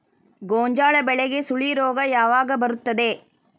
ಗೋಂಜಾಳ ಬೆಳೆಗೆ ಸುಳಿ ರೋಗ ಯಾವಾಗ ಬರುತ್ತದೆ?